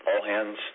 all-hands